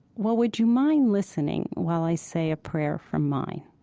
well, would you mind listening while i say a prayer from mine?